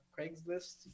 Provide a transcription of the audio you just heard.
craigslist